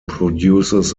produces